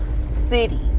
city